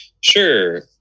Sure